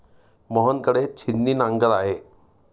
मोहन कडे छिन्नी नांगर आहे